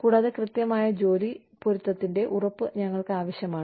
കൂടാതെ കൃത്യമായ ജോലി പൊരുത്തത്തിന്റെ ഉറപ്പ് ഞങ്ങൾക്ക് ആവശ്യമാണ്